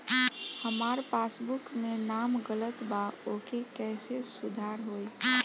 हमार पासबुक मे नाम गलत बा ओके कैसे सुधार होई?